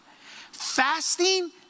Fasting